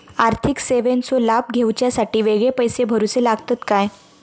आर्थिक सेवेंचो लाभ घेवच्यासाठी वेगळे पैसे भरुचे लागतत काय?